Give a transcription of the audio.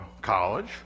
college